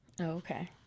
Okay